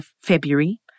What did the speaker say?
February